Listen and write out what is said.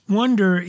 wonder